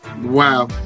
Wow